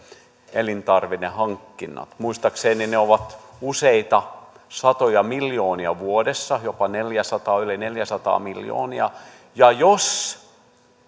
elintarvikehankinnat muistaakseni ne ovat useita satoja miljoonia vuodessa jopa yli neljäsataa miljoonaa ja jos